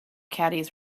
caddies